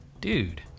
dude